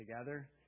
together